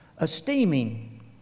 esteeming